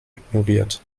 ignoriert